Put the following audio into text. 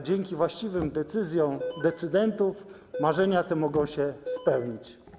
Dzięki właściwym decyzjom decydentów marzenia te mogą się spełnić.